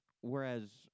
Whereas